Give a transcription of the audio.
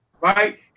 right